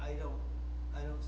i don't i don't